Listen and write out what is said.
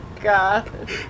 God